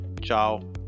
ciao